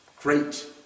great